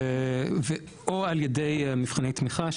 או על ידי מבחני תמיכה,